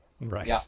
Right